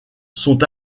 sont